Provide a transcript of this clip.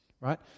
right